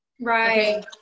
Right